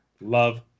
love